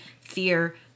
fear